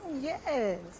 Yes